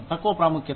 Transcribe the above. తక్కువ ప్రాముఖ్యత